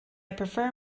prefer